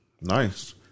Nice